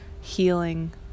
healing